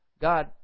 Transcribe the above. God